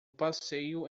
passeio